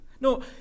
No